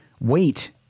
wait